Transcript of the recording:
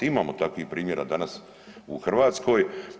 Imamo takvih primjera danas u Hrvatskoj.